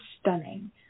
stunning